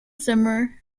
summer